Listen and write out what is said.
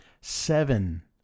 Seven